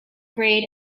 grade